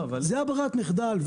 זאת ברירת המחדל.